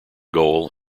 goal